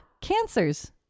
cancers